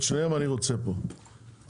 את שניהם אני רוצה פה הפעם.